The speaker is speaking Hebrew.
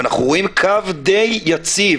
ואנחנו רואים קו די יציב